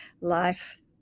life